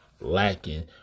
lacking